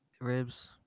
Ribs